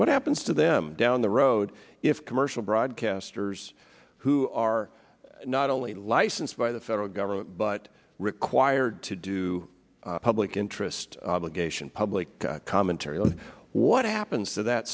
what happens to them down the road if commercial broadcasters who are not only licensed by the federal government but required to do public interest litigation public commentary on what happens to that